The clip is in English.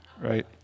right